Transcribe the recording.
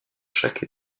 chaque